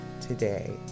today